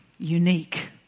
unique